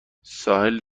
ساحل